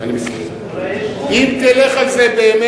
אם תלך על זה באמת,